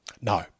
No